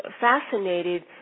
fascinated